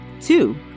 Two